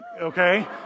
okay